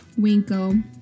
Winko